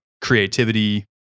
creativity